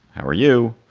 how are you?